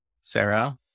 Sarah